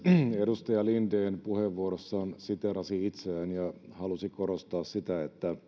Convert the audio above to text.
edustaja linden puheenvuorossaan siteerasi itseään ja halusi korostaa sitä että